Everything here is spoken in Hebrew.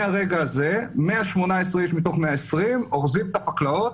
מהרגע הזה, 118 איש מתוך 120 אורזים את הפקלאות